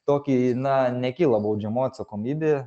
tokį na nekyla baudžiamoji atsakomybė